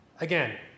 again